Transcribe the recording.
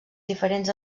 diferents